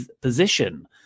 position